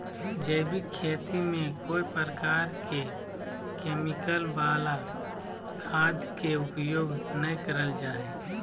जैविक खेती में कोय प्रकार के केमिकल वला खाद के उपयोग नै करल जा हई